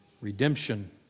redemption